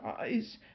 eyes